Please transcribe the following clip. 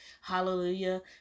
Hallelujah